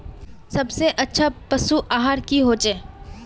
सबसे अच्छा पशु आहार की होचए?